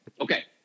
Okay